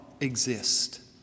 exist